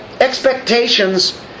expectations